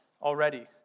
already